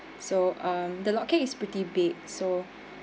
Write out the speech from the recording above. so um the log cake is pretty big so